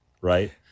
right